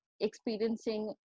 experiencing